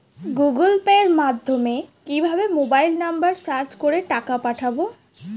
Google Pay মাধ্যমে কিভাবে mobile number search করে টাকা পাঠাবো?